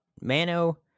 Mano